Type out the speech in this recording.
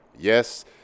Yes